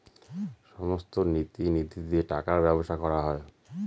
সমস্ত নীতি নিধি দিয়ে টাকার ব্যবসা করা হয়